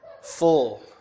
full